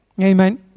Amen